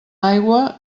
aigua